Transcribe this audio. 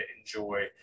enjoy